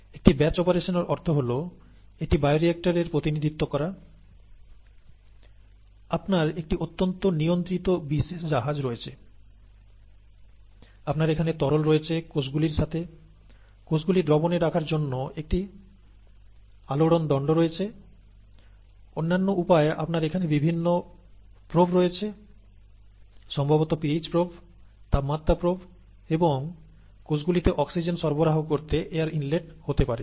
একটি batch operation এর অর্থ হল এটি বায়োরিক্টর এর প্রতিনিধিত্ব করা আপনার একটি অত্যন্ত নিয়ন্ত্রিত বিশেষ জাহাজ রয়েছে আপনার এখানে তরল রয়েছে কোষগুলির সাথে কোষগুলি দ্রবণে রাখার জন্য একটি আলোড়ন দণ্ড রয়েছে অন্যান্য উপায় আপনার এখানে বিভিন্ন প্রোব রয়েছে সম্ভবত pH প্রোব তাপমাত্রা প্রভ প্রোব এবং কোষগুলোতে অক্সিজেন সরবরাহ করতে এয়ার ইনলেট হতে পারে